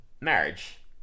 Marriage